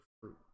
fruit